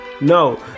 No